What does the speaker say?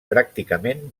pràcticament